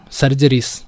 surgeries